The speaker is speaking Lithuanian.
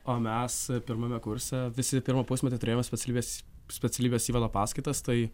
o mes pirmame kurse visi pirmą pusmetį turėjome specialybės specialybės įvado paskaitas tai